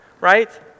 Right